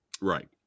right